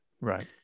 Right